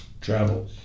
travel